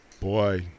Boy